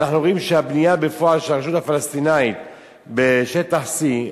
אנחנו אומרים שהבנייה בפועל של הרשות הפלסטינית בשטח C,